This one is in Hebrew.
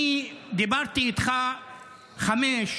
אני דיברתי איתך חמש,